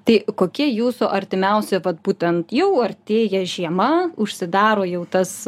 tai kokie jūsų artimiausi vat būtent jau artėja žiema užsidaro jau tas